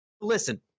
listen